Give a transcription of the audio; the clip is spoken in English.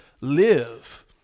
live